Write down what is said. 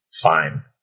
Fine